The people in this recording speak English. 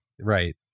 Right